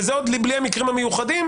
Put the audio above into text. וזה עוד בלי המקרים המיוחדים,